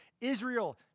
Israel